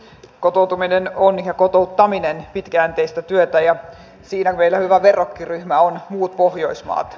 kotoutuminen ja kotouttaminen on pitkäjänteistä työtä ja siinä meillä hyvä verrokkiryhmä on muut pohjoismaat